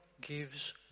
gives